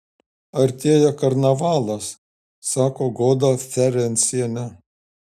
artėja karnavalas sako goda ferencienė